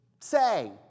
say